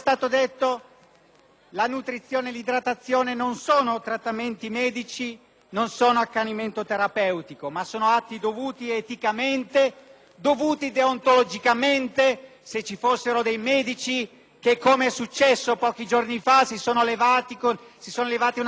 la nutrizione e l'idratazione non sono trattamenti medici, non sono accanimento terapeutico, ma sono atti dovuti eticamente e deontologicamente. Ci sono dei medici che - com'è successo pochi giorni fa - hanno fatto una serie di levate